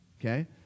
Okay